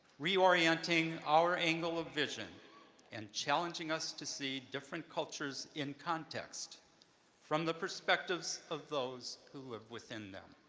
reorienting our angle of vision and challenging us to see different cultures in context from the perspectives of those who live within them.